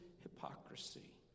hypocrisy